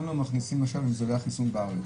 גם לא מתחסנים אם זה לא היה חיסון בארץ.